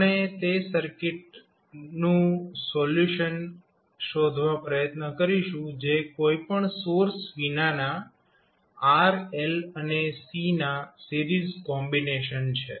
આપણે તે સર્કિટ્સનું સોલ્યુશન શોધવા પ્રયત્ન કરીશું જે કોઈ પણ સોર્સ વિનાના R L અને C ના સિરીઝ કોમ્બિનેશન છે